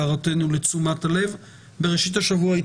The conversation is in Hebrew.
שהעסקים אמנם פתוחים אבל הם לא יכולים